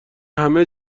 همه